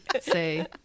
say